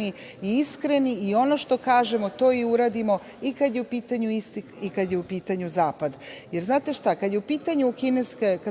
i iskreni i ono što kažemo, to i uradimo, i kada je u pitanju istok i kada je u pitanju zapad. Znate šta, kada